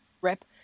Rip